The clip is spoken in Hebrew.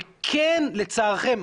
וכן לצערכם,